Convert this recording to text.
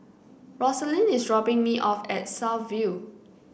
Rosalyn is dropping me off at South View